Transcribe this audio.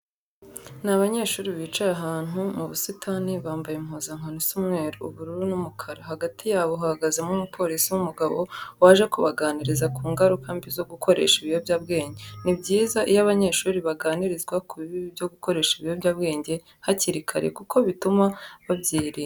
Ni abanyeshuri bicaye ahantu mu busitani, bambaye impuzankano isa umweru, ubururu n'umukara. Hagati yabo hahagazemo umupolisi w'umugabo waje kubaganiriza ku ngaruka mbi zo gukoresha ibiyobyabwenge. Ni byiza iyo abanyeshuri baganirizwa ku bibi byo gukoresha ibiyobyabwenge hakiri kare kuko bituma babyirinda.